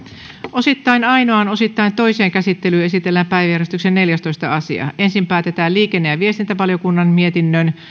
osittain ainoaan osittain toiseen käsittelyyn esitellään päiväjärjestyksen neljästoista asia ensin päätetään liikenne ja viestintävaliokunnan mietinnön